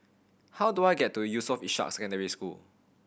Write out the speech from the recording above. how do I get to Yusof Ishak Secondary School